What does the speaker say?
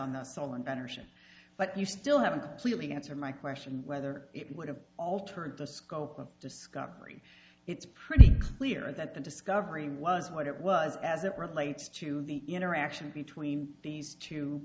generation but you still haven't completely answer my question whether it would have altered the scope of discovery it's pretty clear that the discovery was what it was as it relates to the interaction between these two